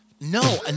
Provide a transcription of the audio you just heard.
No